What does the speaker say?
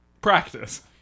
Practice